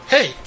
Hey